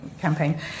campaign